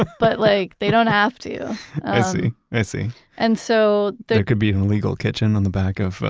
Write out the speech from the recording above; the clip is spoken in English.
but like they don't have to i see, i see. and so there could be an illegal kitchen on the back of,